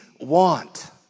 want